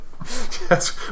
yes